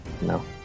No